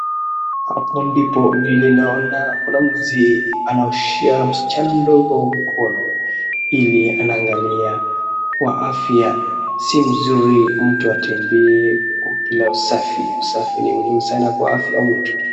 Hapo ndipo vile naona kuna mzee anaoshea msichana mdogo mkono, ili anaangalia kwa afya si mzuri mtu atembee bila usafi, usafi ni muhimu sana kwa afya ya mtu.